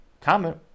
comment